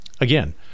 again